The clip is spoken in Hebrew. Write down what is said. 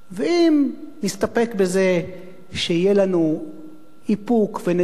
ואם נסתפק בזה שיהיה לנו איפוק ונדע את